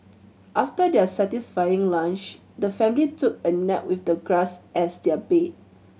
after their satisfying lunch the family took a nap with the grass as their bed